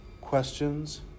Questions